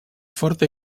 forta